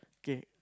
K